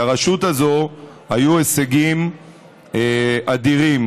לרשות הזאת היו הישגים אדירים.